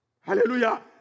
Hallelujah